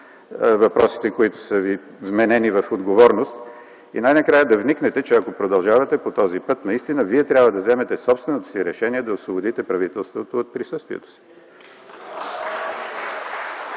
въпросите, които са Ви вменени в отговорност, и най-накрая да вникнете, че ако продължавате по този път, наистина Вие трябва да вземете собственото си решение да освободите правителството от присъствието си.